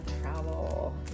travel